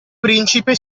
principe